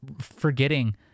forgetting